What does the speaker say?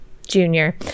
junior